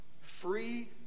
free